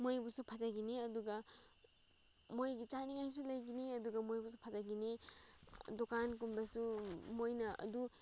ꯃꯣꯏꯕꯨꯁꯨ ꯐꯖꯒꯅꯤ ꯑꯗꯨꯒ ꯃꯣꯏꯒꯤ ꯆꯥꯅꯤꯡꯉꯥꯏꯁꯨ ꯂꯩꯒꯅꯤ ꯑꯗꯨꯒ ꯃꯣꯏꯕꯨꯁꯨ ꯐꯖꯒꯅꯤ ꯗꯨꯀꯥꯟ ꯀꯨꯝꯕꯁꯨ ꯃꯣꯏꯅ ꯑꯗꯨ